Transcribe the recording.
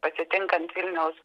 pasitinkant vilniaus